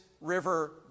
river